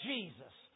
Jesus